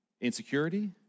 insecurity